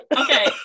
okay